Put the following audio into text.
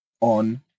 on